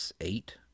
Eight